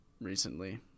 recently